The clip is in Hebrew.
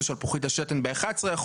שלפוחית השטן ב- 11%,